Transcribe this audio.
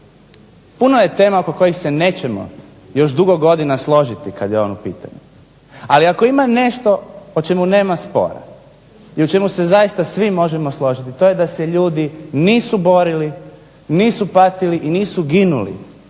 puno je tema oko kojih se nećemo još dugo godina složiti kad je on u pitanju. Ali ako ima nešto o čemu nema spora i u čemu se zaista svi možemo složiti to je da se ljudi nisu borili, nisu patili i nisu ginuli